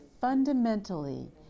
fundamentally